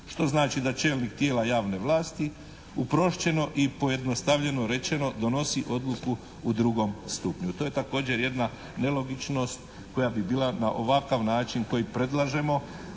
što znači da čelnik tijela javne vlasti …/Govornik se ne razumije./… i pojednostavljeno rečeno donosi odluku u drugom stupnju. To je također jedna nelogičnost koja bi bila na ovakav način koji predlažemo,